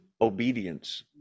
obedience